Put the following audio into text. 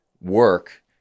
work